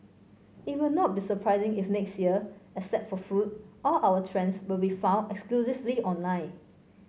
it will not be surprising if next year except for food all our trends will be found exclusively online